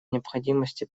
необходимости